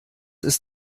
ist